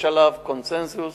יש עליו קונסנזוס